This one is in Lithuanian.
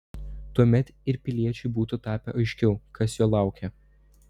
tuomet ir piliečiui būtų tapę aiškiau kas jo laukia